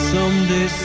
Someday